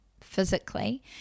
physically